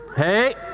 hey!